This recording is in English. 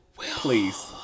please